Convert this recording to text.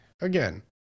Again